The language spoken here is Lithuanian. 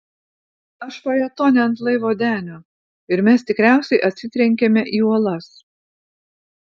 aš fajetone ant laivo denio ir mes tikriausiai atsitrenkėme į uolas